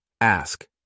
ask